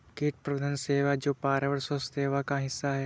कीट प्रबंधन सेवा जो पर्यावरण स्वास्थ्य सेवा का हिस्सा है